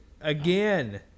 again